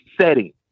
setting